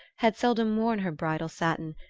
had seldom worn her bridal satin,